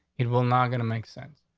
it will not gonna make sense.